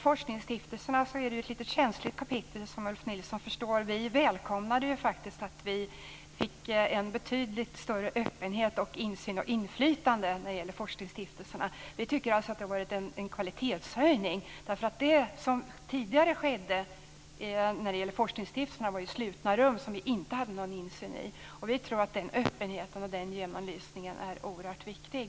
Forskningsstiftelserna är ett lite känsligt kapitel, som Ulf Nilsson förstår. Vi välkomnade faktiskt att vi fick en betydligt större öppenhet, en betydligt större insyn och ett betydligt större inflytande när det gäller forskningsstiftelserna. Vi tycker alltså att det har skett en kvalitetshöjning. Tidigare skedde allt i slutna rum i forskningsstiftelserna som vi inte hade någon insyn i. Vi tror att denna öppenhet och genomlysning är oerhört viktig.